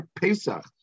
Pesach